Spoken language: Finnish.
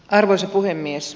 arvoisa puhemies